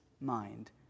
mind